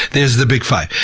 there's the big five.